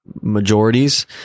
majorities